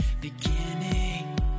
beginning